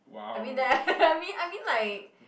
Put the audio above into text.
I mean that I mean I mean like